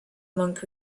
monk